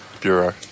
bureau